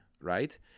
right